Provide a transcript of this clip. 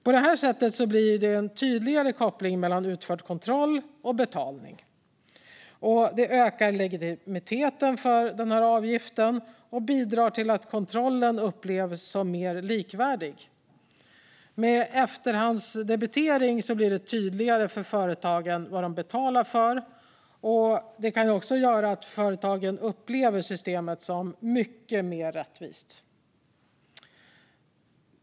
På det sättet blir det en tydligare koppling mellan utförd kontroll och betalning. Det ökar också legitimiteten för avgiften och bidrar till att kontrollen upplevs som mer likvärdig. Med efterhandsdebitering blir det tydligare för företagen vad de betalar för. Det kan också göra att företagen upplever systemet som mycket mer rättvist.